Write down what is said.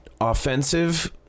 offensive